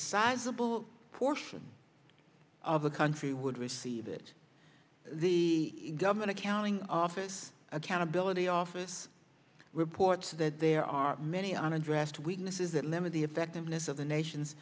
sizeable portion of the country would receive it the government accounting office accountability office reports that there are many unaddressed weaknesses that limit the effectiveness of the nation